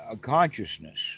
consciousness